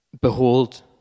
behold